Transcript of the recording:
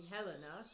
Helena